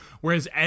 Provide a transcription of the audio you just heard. whereas